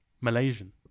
Malaysian